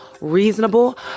reasonable